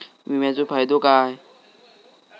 विमाचो फायदो काय?